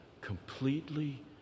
completely